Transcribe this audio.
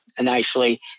nicely